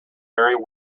very